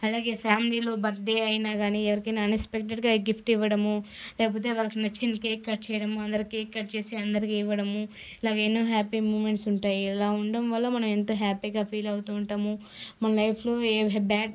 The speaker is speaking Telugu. అలాగే ఫ్యామిలీలో బర్డ్డే అయినా కాని ఎవరికైనా అన్ఎక్స్పెక్టెడ్గా గిఫ్ట్ ఇవ్వడము లేకపోతే వాళ్లకి నచ్చిన కేక్ కట్ చేయడము అందరికీ కేక్ కట్ చేసి అందరికీ ఇవ్వడము ఇలాగే ఎన్నో హ్యాపీ మూమెంట్స్ ఉంటాయి ఇలా ఉండడం వల్ల మనం ఎంతో హ్యాపీగా ఫీల్ అవుతూ ఉంటాము మన లైఫ్లో ఏమైనా బ్యాడ్